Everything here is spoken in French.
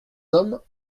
hommes